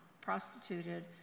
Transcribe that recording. prostituted